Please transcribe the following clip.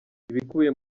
ibikubiye